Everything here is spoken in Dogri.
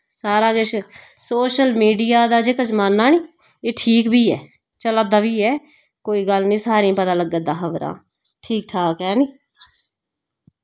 सारा किश सोशल मीडिया दा जेह्का जमाना नि एह् ठीक बी ऐ चला दा बी ऐ कोई गल्ल नि सारें पता लग्गा दा खबरां ठीक ठाक हैन